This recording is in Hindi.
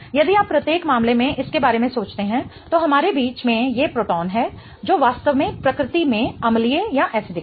यदि आप प्रत्येक मामले में इसके बारे में सोचते हैं तो हमारे बीच में ये प्रोटॉन हैं जो वास्तव में प्रकृति में अम्लीय हैं